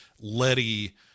Letty